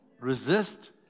Resist